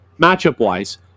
matchup-wise